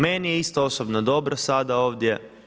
Meni je isto osobno dobro sada ovdje.